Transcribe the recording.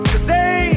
Today